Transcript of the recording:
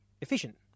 efficient